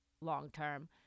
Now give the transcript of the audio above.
long-term